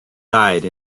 died